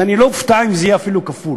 ואני לא אופתע אם זה יהיה אפילו כפול.